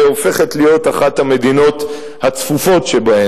והופכת לאחת המדינות הצפופות שבו.